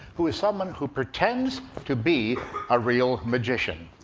who is someone who pretends to be a real magician.